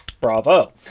bravo